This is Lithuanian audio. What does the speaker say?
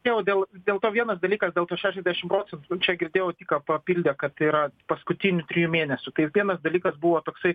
jau dėl dėl to vienas dalykas dėl tų šešiasdešim procentų čia girdėjau tik ką papildė kad tai yra paskutinių trijų mėnesių tai vienas dalykas buvo toksai